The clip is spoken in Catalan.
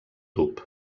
tub